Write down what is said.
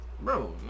bro